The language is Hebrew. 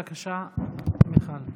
בבקשה, מיכל.